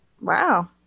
Wow